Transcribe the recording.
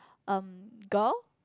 um girl